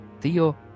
Theo